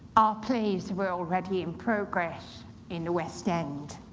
our plays were already in progress in west end.